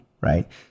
right